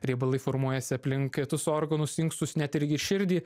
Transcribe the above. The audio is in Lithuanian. riebalai formuojasi aplink kitus organus inkstus net irgi širdį